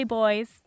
boys